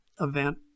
event